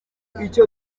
icyo